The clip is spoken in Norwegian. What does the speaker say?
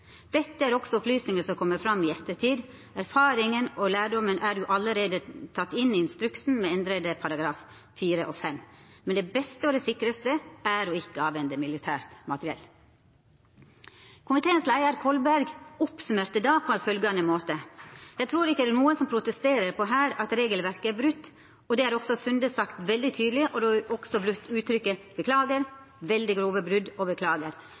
Dette er også opplysninger som kommer frem i ettertid. Erfaringen og lærdommen er jo allerede tatt inn i instruksen med endrete §§ 4 og 5. Men det beste og det sikreste er å ikke avhende militært materiell.» Leiaren i komiteen, Martin Kolberg, oppsummerte det på denne måten: «Jeg tror ikke det er noen som protesterer på at her er regelverket brutt, og det har også Sunde sagt veldig tydelig, og du har også brukt uttrykket «beklager» – veldig grove brudd og